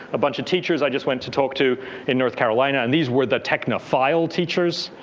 a bunch of teachers i just went to talk to in north carolina, and these were the techno-file teachers,